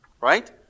right